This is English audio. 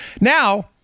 Now